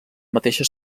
mateixa